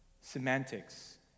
semantics